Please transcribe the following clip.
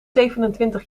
zevenentwintig